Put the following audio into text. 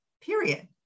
period